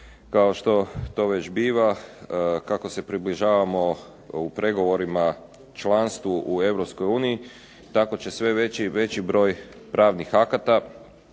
Kao što to već biva kako se približavamo u pregovorima članstvu u Europskoj uniji tako će sve veći i veći broj pravnih akata